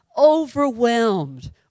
overwhelmed